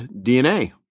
DNA